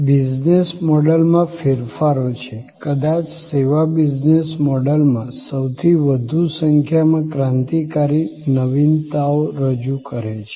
business મોડલમાં ફેરફારો છે કદાચ સેવા બિઝનેસ મોડલમાં સૌથી વધુ સંખ્યામાં ક્રાંતિકારી નવીનતાઓ રજૂ કરે છે